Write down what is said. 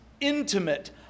intimate